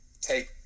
take